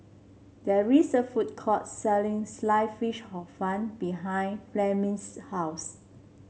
there is a food court selling slice fish Hor Fun behind Fleming's house